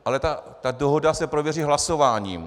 Ale ta dohoda se prověří hlasováním.